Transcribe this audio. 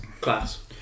class